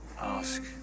ask